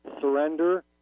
surrender